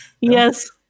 Yes